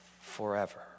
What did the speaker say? forever